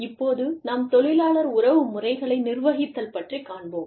இப்போது நாம் தொழிலாளர் உறவுமுறைகளை நிர்வகித்தல் பற்றிக் காண்போம்